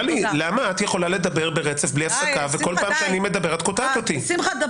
למה את יכולה לדבר ברצף בלי הפסקה וכל פעם שאני מדבר את קוטעת אותי?